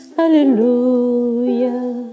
hallelujah